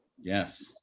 Yes